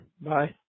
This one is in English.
bye